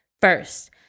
First